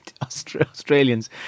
Australians